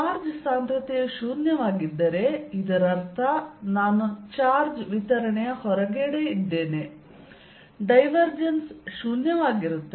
charge ಸಾಂದ್ರತೆಯು ಶೂನ್ಯವಾಗಿದ್ದರೆ ಇದರರ್ಥ ನಾನು ಚಾರ್ಜ್ ವಿತರಣೆಯ ಹೊರಗಿದ್ದೇನೆ ಡೈವರ್ಜೆನ್ಸ್ ಶೂನ್ಯವಾಗಿರುತ್ತದೆ